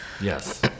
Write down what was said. Yes